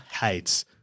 hates